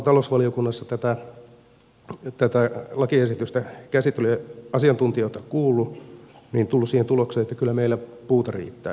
kun olen talousvaliokunnassa tätä lakiesitystä käsitellyt ja asiantuntijoita kuullut niin olen itse tullut siihen tulokseen että kyllä meillä puuta riittää